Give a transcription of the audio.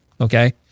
okay